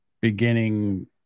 beginning